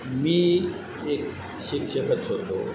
मी एक शिक्षकच होतो